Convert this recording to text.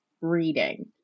reading